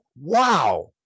Wow